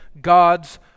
God's